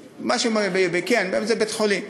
כן, זה בית-חולים.